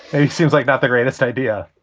it seems like not the greatest idea